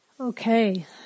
Okay